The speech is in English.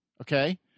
okay